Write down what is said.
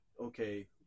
okay